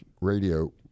radio